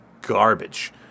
garbage